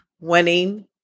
winning